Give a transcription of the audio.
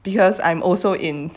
because I'm also in